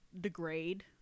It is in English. degrade